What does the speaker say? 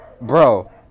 Bro